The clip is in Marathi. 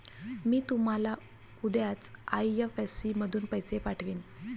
मी तुम्हाला उद्याच आई.एफ.एस.सी मधून पैसे पाठवीन